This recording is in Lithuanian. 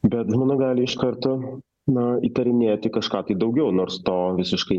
bet žmona gali iš karto na įtarinėti kažką tai daugiau nors to visiškai